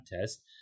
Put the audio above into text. test